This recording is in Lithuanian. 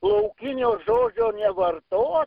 laukinio žodžio nevarto